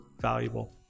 valuable